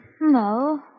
No